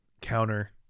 counter